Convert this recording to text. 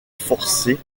forcée